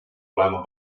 olema